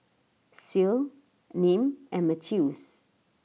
Ceil Nim and Mathews